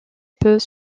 peut